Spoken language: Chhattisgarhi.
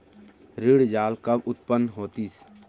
ऋण जाल कब उत्पन्न होतिस?